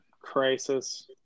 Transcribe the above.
crisis